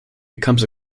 becomes